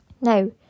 Now